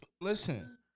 listen